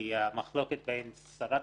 היא המחלוקת בין שרת